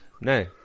No